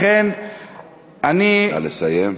נא לסיים.